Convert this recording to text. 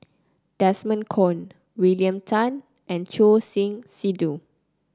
Desmond Kon William Tan and Choor Singh Sidhu